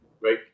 Right